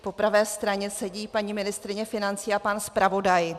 Po pravé straně sedí paní ministryně financí a pan zpravodaj.